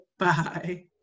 Bye